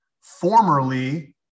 formerly